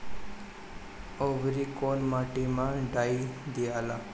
औवरी कौन माटी मे डाई दियाला?